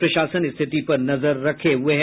प्रशासन स्थिति पर नजर रखे हुए है